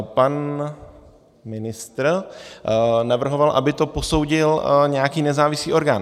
Pan ministr navrhoval, aby to posoudil nějaký nezávislý orgán.